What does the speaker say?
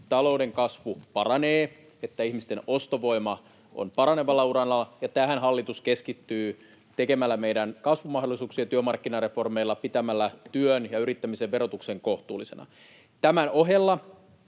talouden kasvu paranee niin, että ihmisten ostovoima on paranevalla uralla, ja tähän hallitus keskittyy tukemalla meidän kasvumahdollisuuksia työmarkkinareformeilla, pitämällä työn ja yrittämisen verotuksen kohtuullisena. Tämän ohella